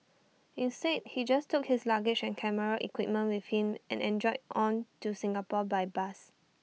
instead he just took his luggage and camera equipment with him and enjoyed on to Singapore by bus